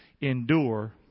Endure